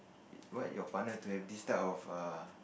what your partner to have this type of a